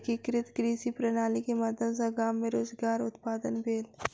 एकीकृत कृषि प्रणाली के माध्यम सॅ गाम मे रोजगार उत्पादन भेल